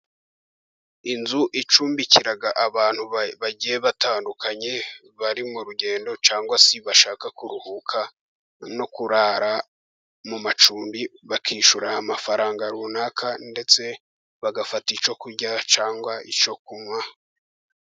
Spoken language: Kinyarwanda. Inzu icumbikira abantu bagiye batandukanye bari mu rugendo, cyangwa se bashaka kuruhuka no kurara mu macumbi, bakishyura amafaranga runaka ndetse bagafata icyo kurya cyangwa icyo kunywa.